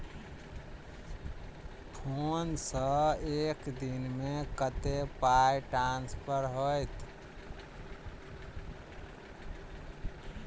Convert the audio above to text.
Phone सँ एक दिनमे कतेक पाई ट्रान्सफर होइत?